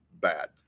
bad